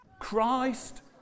Christ